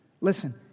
listen